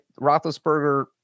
Roethlisberger